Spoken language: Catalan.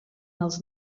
als